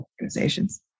organizations